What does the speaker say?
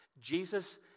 Jesus